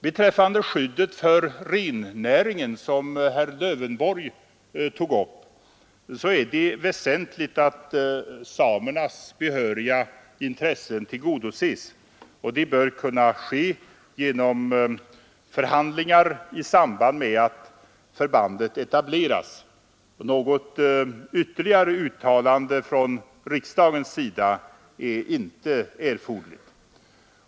Beträffande skyddet för rennäringen, som herr Lövenborg tog upp, är det väsentligt att samernas behöriga intressen tillgodoses. Det bör kunna ske genom förhandlingar i samband med att förbandet etableras. Något ytterligare uttalande från riksdagens sida är inte erforderligt.